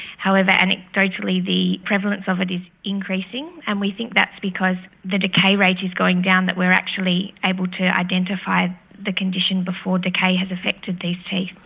however, anecdotally the prevalence of it is increasing, and we think that's because the decay rate is going down, that we are actually able to identify the condition before decay has affected these teeth.